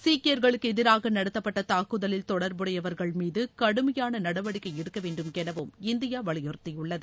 சீக்கியர்களுக்கு எதிராக நடத்தப்பட்ட தாக்குதலில் தொடர்புடையவர்கள் மீது கடுமையான நடவடிக்கை எடுக்க வேண்டும் எனவும் இந்தியா வலியுறுத்தியுள்ளது